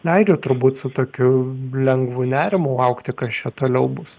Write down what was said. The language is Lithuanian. leidžia turbūt su tokiu lengvu nerimu laukti kas čia toliau bus